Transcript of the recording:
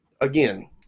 again